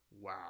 Wow